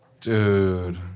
Dude